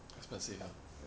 expensive ah